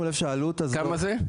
כמה זה?